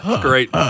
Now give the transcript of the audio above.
Great